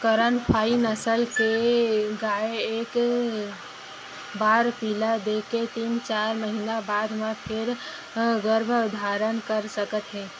करन फ्राइ नसल के गाय ह एक बार पिला दे के तीन, चार महिना बाद म फेर गरभ धारन कर सकत हे